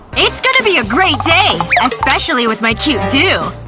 it's gonna be a great day! especially with my cute do!